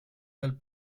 del